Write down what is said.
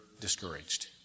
discouraged